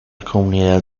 comunidad